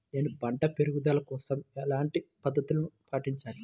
నేను పంట పెరుగుదల కోసం ఎలాంటి పద్దతులను పాటించాలి?